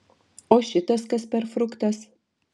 o šitas kas per fruktas